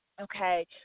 Okay